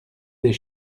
des